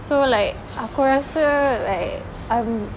so like aku rasa like um